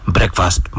Breakfast